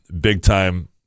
big-time